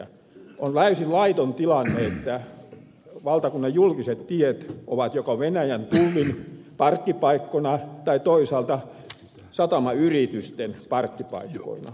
on täysin laiton tilanne että valtakunnan julkiset tiet ovat joko venäjän tullin parkkipaikkoina tai toisaalta satamayritysten parkkipaikkoina